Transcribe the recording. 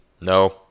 No